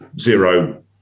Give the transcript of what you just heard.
Zero